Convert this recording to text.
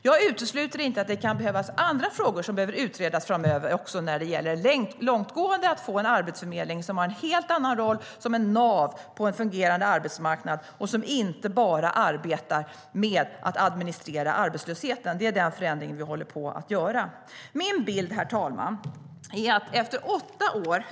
Jag utesluter inte att det finns andra frågor som behöver utredas framöver också när det gäller att långtgående få en arbetsförmedling som har en helt annan roll, som är ett nav på en fungerande arbetsmarknad och som inte bara arbetar med att administrera arbetslösheten. Det är den förändring vi håller på att göra. Herr talman!